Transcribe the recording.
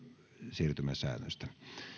siirtymäsäännöstä